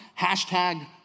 hashtag